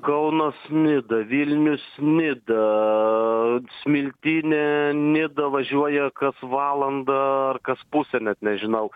kaunas nida vilnius nida smiltynė nida važiuoja kas valandą ar kas pusę net nežinau